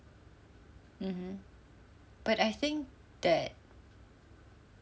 mmhmm but I think that